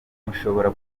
mushobora